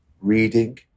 reading